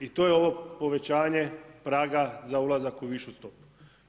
I to je ovo povećanje praga za ulazak u višu stopu.